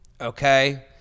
Okay